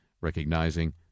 recognizing